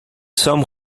some